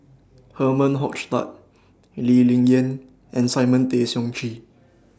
Herman Hochstadt Lee Ling Yen and Simon Tay Seong Chee